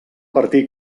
partir